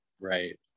right